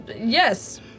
Yes